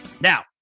Now